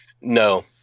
No